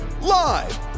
Live